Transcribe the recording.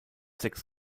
sechs